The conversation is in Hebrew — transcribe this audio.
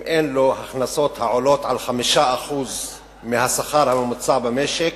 אם אין לו הכנסות העולות על 5% מהשכר הממוצע במשק,